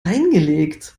reingelegt